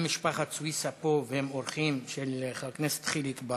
אם משפחת סויסה פה והם אורחים של חבר הכנסת חיליק בר,